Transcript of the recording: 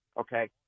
okay